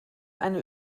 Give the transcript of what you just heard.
eine